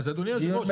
אדוני היושב-ראש,